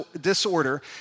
disorder